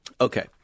Okay